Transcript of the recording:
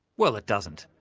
well, it doesn't.